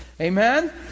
Amen